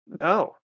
No